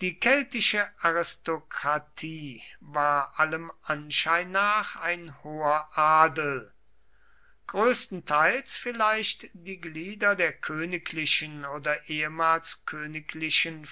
die keltische aristokratie war allem anschein nach ein hoher adel größtenteils vielleicht die glieder der königlichen oder ehemals königlichen